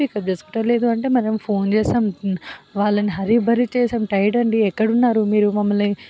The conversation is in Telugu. పికప్ చేసుకుంటారు లేదు అంటే మనం ఫోన్ చేస్తాము వాళ్ళని హరీ బరీ చేస్తాము టైట్ అండ్ ఎక్కడున్నారు మీరు మమ్మల్ని